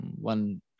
one